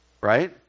right